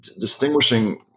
distinguishing